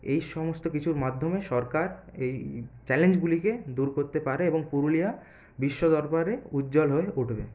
এই সমস্ত কিছুর মাধ্যমে সরকার এই চ্যালেঞ্জগুলিকে দূর করতে পারে এবং পুরুলিয়া বিশ্বদরবারে উজ্জ্বল হয়ে উঠবে